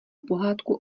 pohádku